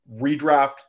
redraft